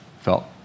Felt